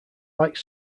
like